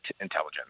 intelligence